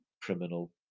criminal